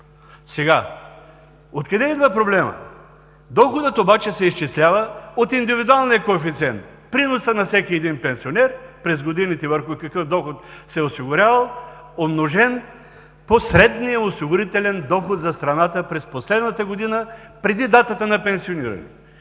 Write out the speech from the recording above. някога. Откъде идва проблемът? Доходът се изчислява от индивидуалния коефициент – приноса на всеки един пенсионер през годините върху какъв доход се е осигурявал, умножен по средния осигурителен доход за страната през последната година преди датата на пенсиониране.